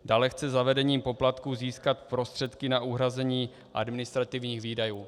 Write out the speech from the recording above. Dále chce zavedením poplatku získat prostředky na uhrazení administrativních výdajů.